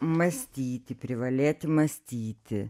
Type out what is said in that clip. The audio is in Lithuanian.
mąstyti privalėti mąstyti